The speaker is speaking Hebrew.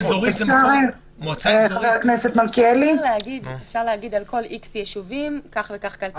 אפשר להגיד על כל איקס ישובים, כך וכך קלפיות.